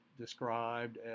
described